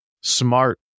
smart